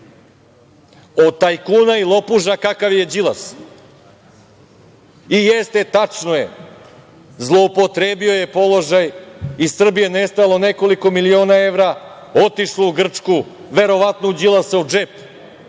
od tajkuna i lopuža kakav je Đilas. I jeste, tačno je zloupotrebio je položaj – iz Srbije je nestalo nekoliko miliona evra, otišlo u Grčku, verovatno u Đilasov džep